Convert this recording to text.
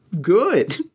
good